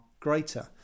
greater